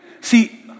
See